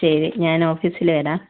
ശരി ഞാന് ഓഫീസില് വരാം